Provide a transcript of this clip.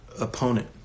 opponent